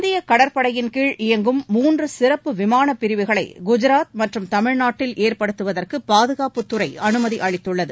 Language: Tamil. இந்தியக் கடற்படையின் கீழ் இயங்கும் மூன்று சிறப்பு விமானப் பிரிவுகளை குஜராத் மற்றும் தமிழ்நாட்டில் ஏற்படுத்துவதற்கு பாதுகாப்புத்துறை அனுமதியளித்துள்ளது